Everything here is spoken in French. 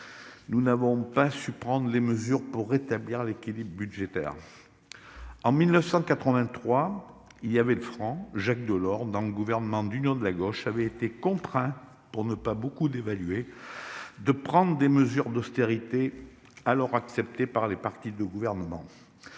nous n'avons pas su prendre les mesures pour rétablir l'équilibre budgétaire. En 1983, au temps du franc, Jacques Delors, au sein du gouvernement d'union de la gauche, avait été contraint, pour ne pas trop dévaluer la monnaie, à prendre des mesures d'austérité alors acceptées par les partis de gouvernement.